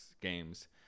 games